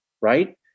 right